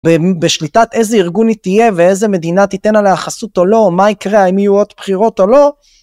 בשליטת איזה ארגון היא תהיה ואיזה מדינה תיתן עליה חסות או לא מה יקרה אם יהיו עוד בחירות או לא.